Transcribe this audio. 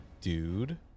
dude